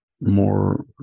more